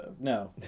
No